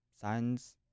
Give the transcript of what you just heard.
science